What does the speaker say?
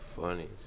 funny